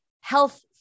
health